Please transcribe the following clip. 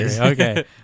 Okay